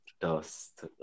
dust